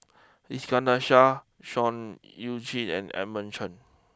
Iskandar Shah Seah Eu Chin and Edmund Chen